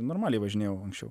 normaliai važinėjau anksčiau